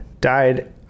died